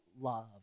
love